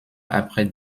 après